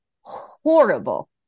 horrible